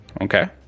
Okay